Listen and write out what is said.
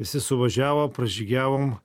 visi suvažiavo pražygiavom